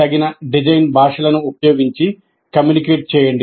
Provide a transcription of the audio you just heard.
తగిన డిజైన్ భాషలను ఉపయోగించి కమ్యూనికేట్ చేయండి